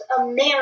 America